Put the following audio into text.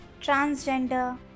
transgender